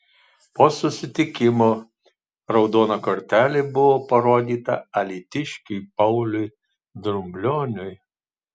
po susitikimo raudona kortelė buvo parodyta alytiškiui pauliui drublioniui